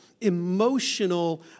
emotional